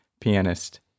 Pianist